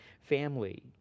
family